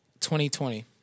2020